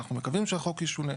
אנחנו מקווים שהחוק ישתנה.